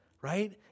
right